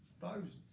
Thousands